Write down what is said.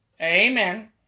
Amen